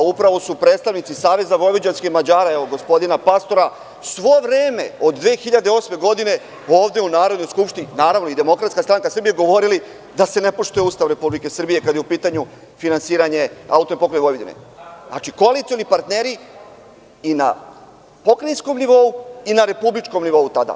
Upravo su predstavnici SVM, evo gospodina Pastora, svo vreme od 2008. godine ovde u Narodnoj skupštini, naravno i DSS, govorili da se ne poštuje Ustav Republike Srbije kada je u pitanju finansiranje AP Vojvodine, znači koalicioni partneri i na pokrajinskom nivou i na republičkom nivou tada.